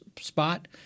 spot